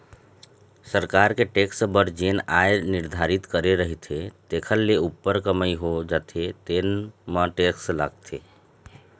सरकार के टेक्स बर जेन आय निरधारति करे रहिथे तेखर ले उप्पर कमई हो जाथे तेन म टेक्स लागथे